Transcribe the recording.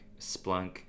Splunk